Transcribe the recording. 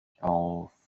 auf